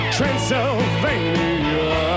Transylvania